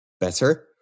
better